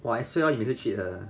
!wah! lah shit lor 你每次 cheat 的